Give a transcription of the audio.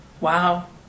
wow